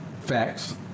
Facts